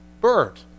bird